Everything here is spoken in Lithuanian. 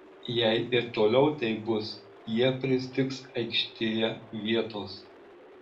jei ir toliau taip bus jie pristigs aikštėje vietos